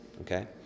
Okay